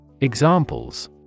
Examples